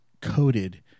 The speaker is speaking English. coated